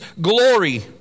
glory